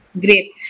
Great